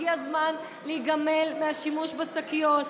הגיע הזמן להיגמל מהשימוש בשקיות,